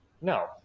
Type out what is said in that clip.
No